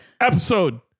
episode